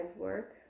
work